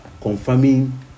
confirming